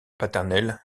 paternel